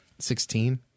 Sixteen